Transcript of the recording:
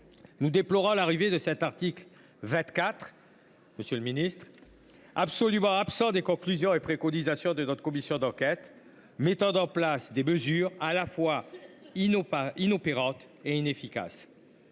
nous déplorons l’adoption de l’article 24, absolument absent des conclusions et préconisations de notre commission d’enquête, qui vise à mettre en place des mesures à la fois inopérantes et inefficaces.